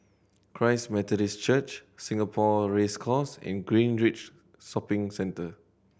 Christ Methodist Church Singapore Race Course and Greenridge Shopping Centre